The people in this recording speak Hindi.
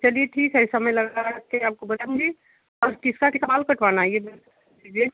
चलिए ठीक है समय लगा के आपको बताऊँगी और किसका केका बाल कटवाना है ये जरा सा बता दीजिए